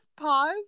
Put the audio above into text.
pause